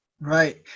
Right